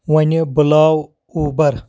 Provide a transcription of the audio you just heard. وۄنی بُلاو اُوبر